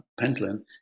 Pentland